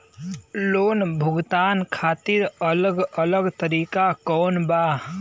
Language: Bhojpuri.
लोन भुगतान खातिर अलग अलग तरीका कौन बा?